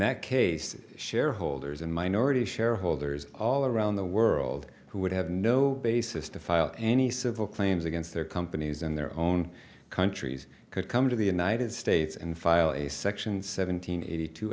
that case shareholders and minority shareholders all around the world who would have no basis to file any civil claims against their companies in their own countries could come to the united states and file a section seven hundred eighty two